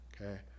Okay